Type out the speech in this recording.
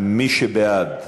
מי שבעד,